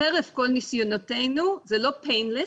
חרף כל ניסיונותינו, זה לא pain less,